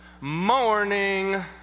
morning